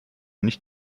nicht